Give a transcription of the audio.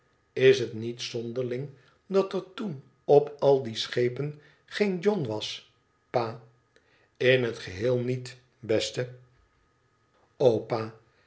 is het niet zonderling dat er toen op al die schepen geen john was pa tin het geheel niet beste to pa